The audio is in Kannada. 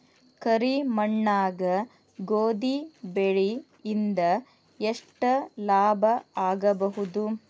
ಕರಿ ಮಣ್ಣಾಗ ಗೋಧಿ ಬೆಳಿ ಇಂದ ಎಷ್ಟ ಲಾಭ ಆಗಬಹುದ?